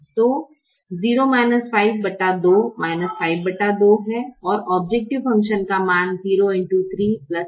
तो 0 5 2 52 है और औब्जैकटिव फ़ंक्शन का मान है जो 60 है